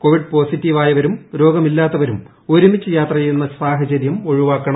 Covid പോസിറ്റീവായവരും രോഗമില്ലാത്തവരും ഒരുമിച്ചു യാത്ര ചെയ്യുന്ന സാഹചര്യം ഒഴിവാക്കണം